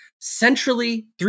centrally